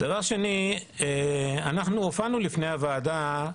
דבר שני, הופענו בפני הוועדה,